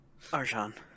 Arjan